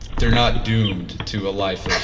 they're not doomed to a life of